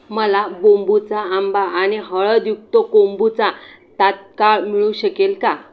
मला बोंबुचा आंबा आणि हळदयुक्त कोम्बुचा तात्काळ मिळू शकेल का